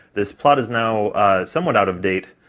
this plot is now somewhat out of date,